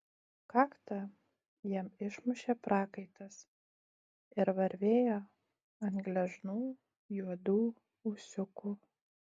kaktą jam išmušė prakaitas ir varvėjo ant gležnų juodų ūsiukų